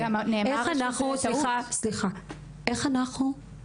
איך אנחנו פותרים את זה?